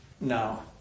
No